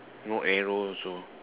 no arrow also